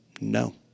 no